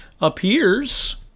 appears